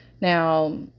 Now